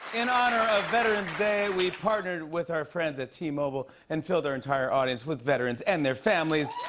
in honor of veterans day, we partnered with our friends at t-mobile and filled our entire audience with veterans and their families.